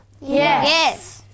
Yes